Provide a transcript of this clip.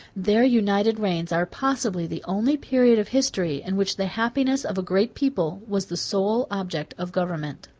their united reigns are possibly the only period of history in which the happiness of a great people was the sole object of government.